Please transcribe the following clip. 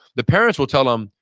the parents will tell them,